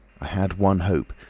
i had one hope.